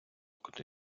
куди